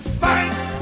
fight